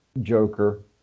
Joker